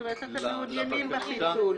כלומר אתם מעוניינים בפיצול.